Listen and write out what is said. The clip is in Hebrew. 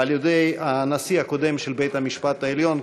על-ידי הנשיא הקודם של בית-המשפט העליון,